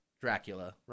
Dracula